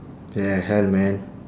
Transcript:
yeah hell man